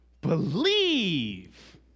believe